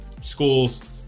schools